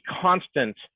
constant